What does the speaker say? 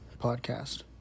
Podcast